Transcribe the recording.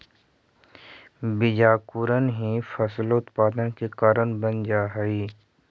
बीजांकुरण ही फसलोत्पादन के कारण बनऽ हइ